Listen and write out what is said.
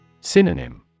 Synonym